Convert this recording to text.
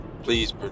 Please